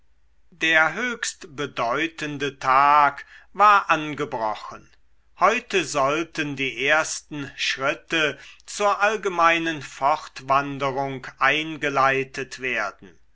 der höchst bedeutende tag war angebrochen heute sollten die ersten schritte zur allgemeinen fortwanderung eingeleitet werden